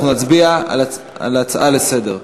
אנחנו נצביע על הצעה לסדר-היום.